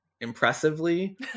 impressively